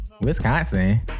Wisconsin